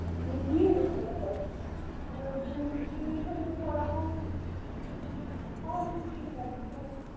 بیٚیہِ ٹھیٖک ٲسوٕحظ نہٕ حظ بیٚیہِ نہٕ حظ چھُنہٕ کِہیٖنٛۍ بیٚیہِ تھٲوزیو تھوڑا ہوٚم کُکیٖز ڈبہٕ زٕ ترٛےٚ